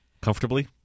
Comfortably